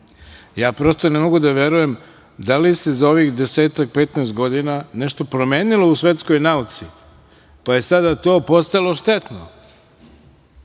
Ja prosto ne mogu da verujem da li se za ovih 10, 15 godina nešto promenilo u svetskoj nauci, pa je sada to postalo štetno? Kako